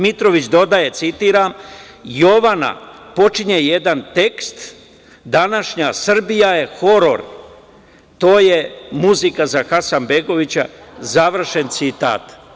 Dmitrović dodaje: „Jovana počinje jedan tekst – Današnja Srbija je horor“, to je muzika za Hasanbegovića“, završen citat.